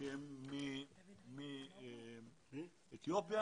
שהם מאתיופיה.